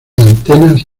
antenas